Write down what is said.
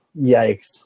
Yikes